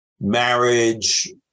marriage